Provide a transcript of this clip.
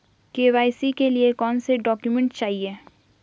KYC के लिए कौनसे डॉक्यूमेंट चाहिये?